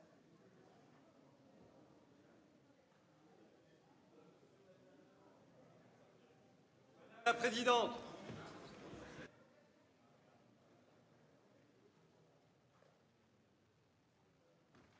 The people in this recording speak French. madame la présidente,